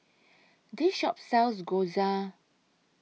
This Shop sells Gyoza